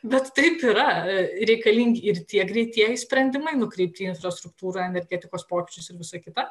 bet taip yra reikalingi ir tie greitieji sprendimai nukreipti į infrastruktūrą energetikos pokyčius ir visa kita